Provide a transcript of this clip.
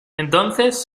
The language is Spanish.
entonces